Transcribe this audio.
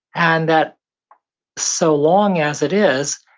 and that so long as it is,